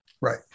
Right